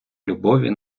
любові